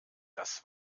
das